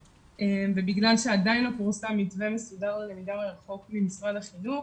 ובגלל שעדיין לא פורסם מתווה מסודר ללמידה מרחוק ממשרד החינוך,